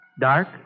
dark